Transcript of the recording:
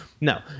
No